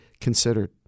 considered